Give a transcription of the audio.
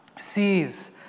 sees